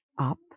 up